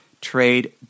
trade